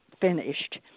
finished